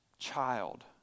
child